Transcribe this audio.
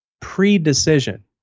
pre-decision